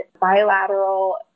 bilateral